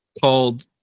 called